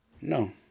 No